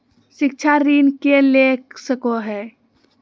शिक्षा ऋण के ले सको है?